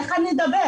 אבל איך אני אדבר?